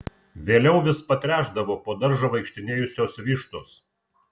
vėliau vis patręšdavo po daržą vaikštinėjusios vištos